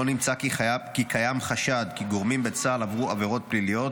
לא נמצא כי קיים חשד כי גורמים בצה"ל עברו עבירות פליליות